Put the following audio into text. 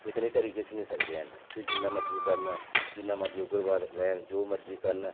लेकिन एह् करी किश निं सकदे हैन एह् जिन्ना मर्जी करन जिन्ना मर्जी उग्रवाद फैलान जो मर्जी करन